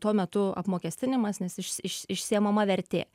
tuo metu apmokestinimas nes iš iš išsiėmama vertė